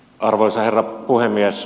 arvoisa herra puhemies